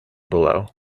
below